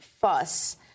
fuss